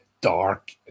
dark